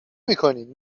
میکنین